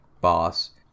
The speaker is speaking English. boss